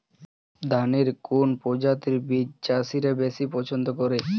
ধানের কোন প্রজাতির বীজ চাষীরা বেশি পচ্ছন্দ করে?